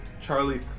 Charlie